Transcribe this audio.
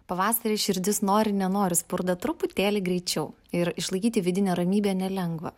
pavasarį širdis nori nenori spurda truputėlį greičiau ir išlaikyti vidinę ramybę nelengva